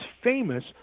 famous